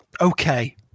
okay